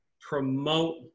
promote –